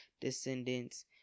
descendants